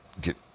get